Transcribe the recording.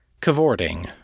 cavorting